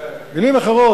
במלים אחרות,